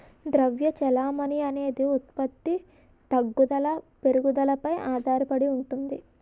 ద్రవ్య చెలామణి అనేది ఉత్పత్తి తగ్గుదల పెరుగుదలపై ఆధారడి ఉంటుంది